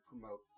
promote